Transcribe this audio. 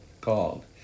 called